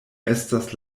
estas